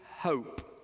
hope